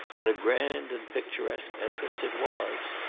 and a grand and picturesque entrance it was.